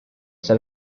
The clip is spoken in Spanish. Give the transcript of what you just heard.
ser